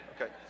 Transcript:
Okay